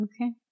Okay